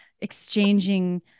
exchanging